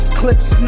clips